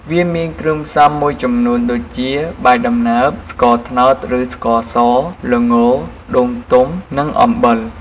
វាមានគ្រឿងផ្សំមួយចំនួនដូចជា បាយដំណើប ស្ករត្នោតឬស្ករស ល្ង ដូងទុំ និងអំបិល។